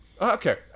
Okay